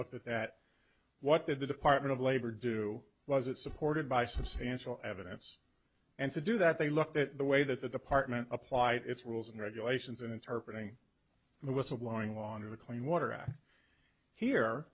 looked at that what did the department of labor do was it supported by substantial evidence and to do that they looked at the way that the department applied its rules and regulations and interpretating the whistleblowing law under the clean water act here